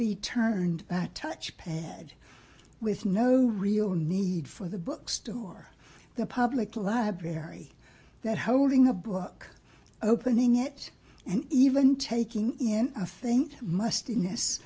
be turned back touchpad with no real need for the bookstore the public library that holding a book opening it and even taking in i think mustin